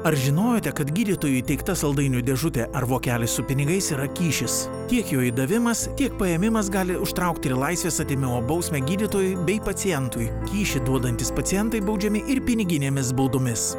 ar žinojote kad gydytojui įteikta saldainių dėžutė ar vokelis su pinigais yra kyšis tiek jo įdavimas tiek paėmimas gali užtraukti ir laisvės atėmimo bausmę gydytojui bei pacientui kyšį duodantys pacientai baudžiami ir piniginėmis baudomis